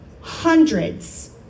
hundreds